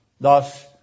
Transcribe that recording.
thus